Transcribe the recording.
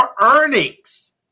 earnings